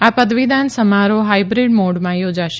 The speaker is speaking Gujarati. આ પદવીદાન સમારોહ હાઇબ્રીડ મોડમાં યોજાશે